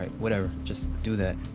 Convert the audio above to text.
ah whatever. just, do that.